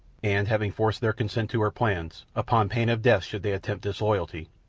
and having forced their consent to her plans, upon pain of death should they attempt disloyalty,